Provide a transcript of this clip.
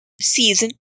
season